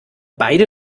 beide